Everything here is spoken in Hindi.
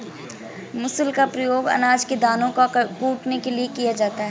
मूसल का प्रयोग अनाज के दानों को कूटने के लिए किया जाता है